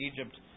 Egypt